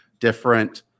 different